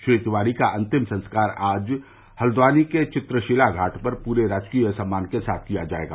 श्री तिवारी का अंतिम संस्कार आज हल्द्वानी के चित्रशिला घाट पर पूरे राजकीय सम्मान के साथ किया जायेगा